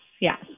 yes